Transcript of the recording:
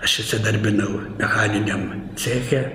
aš įsidarbinau mechaniniam ceche